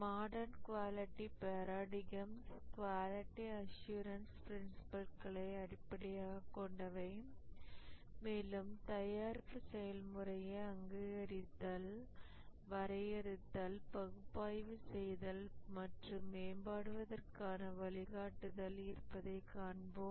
modern quality paradigms quality assurance ப்ரின்சிபில்களை அடிப்படையாகக் கொண்டவை மேலும் தயாரிப்பு செயல்முறையை அங்கீகரித்தல் வரையறுத்தல் பகுப்பாய்வு செய்தல் மற்றும் மேம்படுத்துவதற்கான வழிகாட்டுதல் இருப்பதைக் காண்போம்